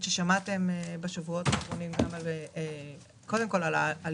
שמעתם בשבועות האחרונים על האלימות